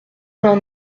vingt